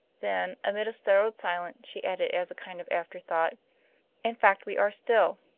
then, amid a startled silence, she added, as a kind of afterthought in fact, we are still.